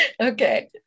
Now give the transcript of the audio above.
Okay